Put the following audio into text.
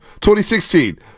2016